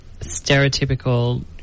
stereotypical